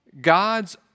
God's